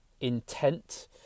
intent